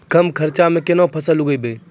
कम खर्चा म केना फसल उगैबै?